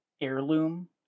heirloom